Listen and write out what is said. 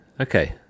Okay